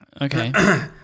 okay